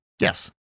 Yes